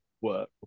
work